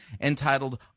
entitled